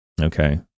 Okay